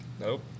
Nope